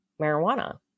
marijuana